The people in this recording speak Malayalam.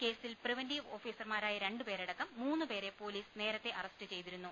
കേസിൽ പ്രിവന്റീവ് ഓഫീ സർമാരായ രണ്ടുപേരടക്കം മൂന്നുപേരെ പൊലീസ് നേരത്തെ അറസ്റ്റ് ചെയ്തിരുന്നു